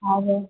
हजुर